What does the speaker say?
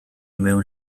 mewn